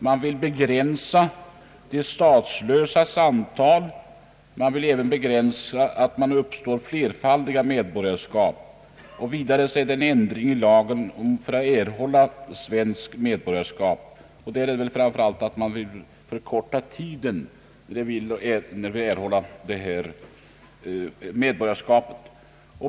Man vill begränsa de statslösas antal, man vill också begränsa möjligheterna för en person att inneha flera medborgarskap, och vidare tar man upp ett förslag till ändring i lagen för erhållande av svenskt medborgarskap, det gäller närmast att förkorta tiden för att få bli svensk medborgare.